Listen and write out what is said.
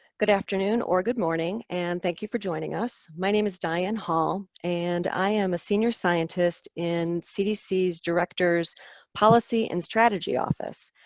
good afternoon or good morning and thank you for joining us. my name is diane hall and i am a senior scientist in cdc's directors policy and strategy office.